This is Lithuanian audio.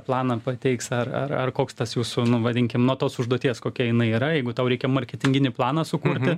planą pateiks ar ar ar koks tas jūsų nu vadinkim na tos užduoties kokia jinai yra jeigu tau reikia marketinginį planą sukurti